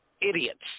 idiots